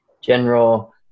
general